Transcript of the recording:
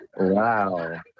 Wow